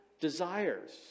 desires